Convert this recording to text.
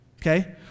Okay